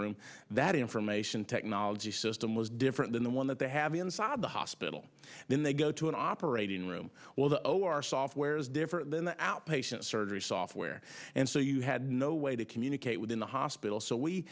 room that information technology system is different than the one that they have inside the hospital then they go to an operating room although our software is different than the outpatient surgery software and so you had no way to communicate within the hospital so we